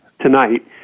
tonight